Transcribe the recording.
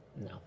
No